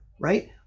right